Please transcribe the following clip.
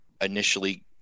initially